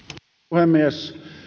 puhemies